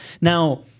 Now